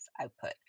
output